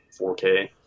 4K